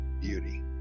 beauty